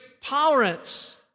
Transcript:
tolerance